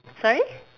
sorry